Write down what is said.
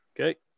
Okay